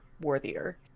worthier